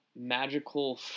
magical